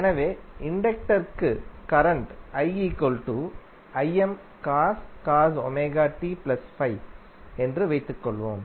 எனவே இண்டக்டருக்கு கரண்ட் என்று வைத்துக் கொள்வோம்